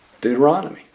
Deuteronomy